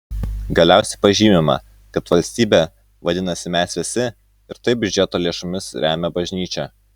galiausiai pažymima kad valstybė vadinasi mes visi ir taip biudžeto lėšomis remia bažnyčią